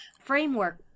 Framework